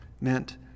meant